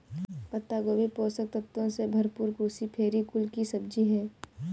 पत्ता गोभी पोषक तत्वों से भरपूर क्रूसीफेरी कुल की सब्जी है